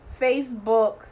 Facebook